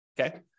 okay